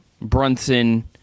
Brunson